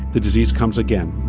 the disease comes again.